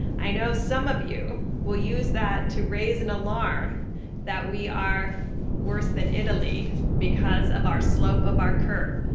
i know some of you will use that to raise an alarm that we are worse than italy because of our slope of our curve.